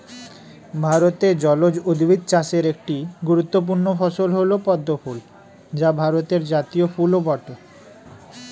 ভারতে জলজ উদ্ভিদ চাষের একটি গুরুত্বপূর্ণ ফসল হল পদ্ম ফুল যা ভারতের জাতীয় ফুলও বটে